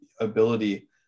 ability